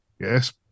Yes